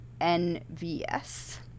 N-V-S